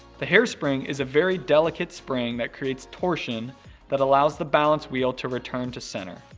the hairspring is a very delicate spring that creates torsion that allows the balance wheel to return to center.